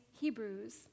Hebrews